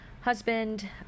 husband